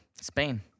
Spain